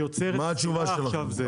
מה התשובה שלכם?